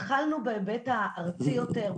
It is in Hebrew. אנחנו התחלנו עם זה בהיבט הארצי יותר,